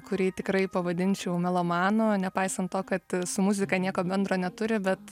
kurį tikrai pavadinčiau melomanu nepaisant to kad su muzika nieko bendro neturi bet